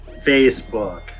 facebook